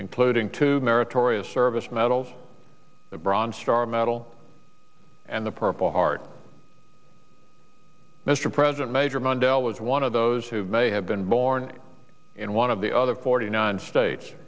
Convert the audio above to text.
including two meritorious service medals the bronze star medal and the purple heart mr president major mondale was one of those who may have been born in one of the other forty nine states